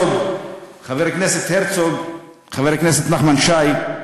חבר הכנסת הרצוג, חבר הכנסת נחמן שי,